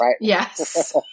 Yes